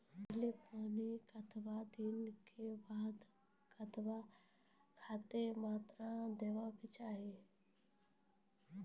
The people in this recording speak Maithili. पहिल पानिक कतबा दिनऽक बाद कतबा खादक मात्रा देबाक चाही?